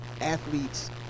athletes